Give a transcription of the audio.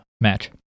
match